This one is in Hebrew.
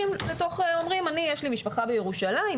אומרים שיש להם משפחה בירושלים,